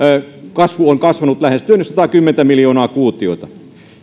kasvu on kasvanut lähestyen jo sataakymmentä miljoonaa kuutiota